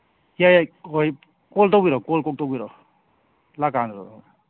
ꯌꯥꯏ ꯌꯥꯏ ꯍꯣꯏ ꯀꯣꯜ ꯇꯧꯕꯤꯔꯛꯑꯣ ꯀꯣꯜ ꯀꯣꯛ ꯇꯧꯕꯤꯔꯛꯑꯣ ꯂꯥꯛꯀꯥꯟꯗꯨꯗ